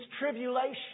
tribulation